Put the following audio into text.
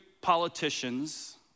politicians